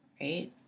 right